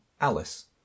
Alice